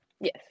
Yes